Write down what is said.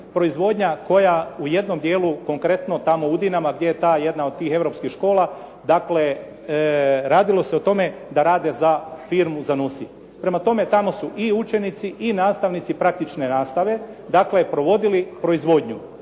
proizvodnja koja u jednom dijelu, konkretno tamo u Udinama gdje je ta jedna od tih europskih škola, dakle radilo se o tome da rade za firmu Zanussi. Prema tome, tamo su i učenici i nastavnici praktične nastave, dakle provodili proizvodnju.